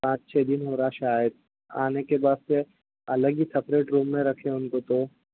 پانچ چھ دن ہو رہا ہے شاید آنے کے بعد سے الگ ہی سیپریٹ روم میں رکھے ہیں ان کو